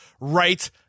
right